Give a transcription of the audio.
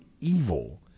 evil